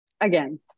Again